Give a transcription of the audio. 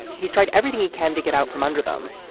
he's tried everything he can to get out from under them.